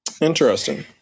Interesting